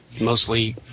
mostly